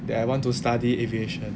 that I want to study aviation